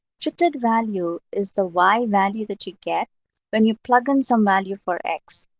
shifted value is the y value that you get when you plug in some value for x.